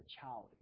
child